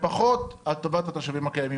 ופחות על טובת התושבים של העיר,